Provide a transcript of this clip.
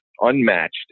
unmatched